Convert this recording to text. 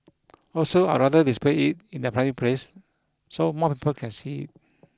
also I'd rather display it in a public place so more people can see it